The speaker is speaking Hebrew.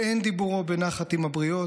ואין דיבורו בנחת עם הבריות,